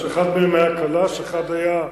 אחד מהם היה כל"ש, אחד היה,